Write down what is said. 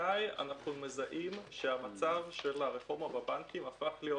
מתי אנחנו מזהים שהמצב של הרפורמה בבנקים הפך להיות